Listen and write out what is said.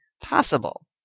possible